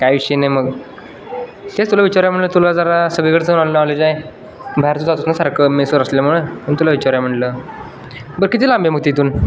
काय विषय नाही मग तेच तुला विचाराय म्हटलं तुला जरा सगळीकडचं नॉलेज आहे बाहेर तुझात जातो ना सारखं मेसर असल्यामुळं म्हण तुला विचारूया म्हटलं बरं किती लांब आहे मग तिथून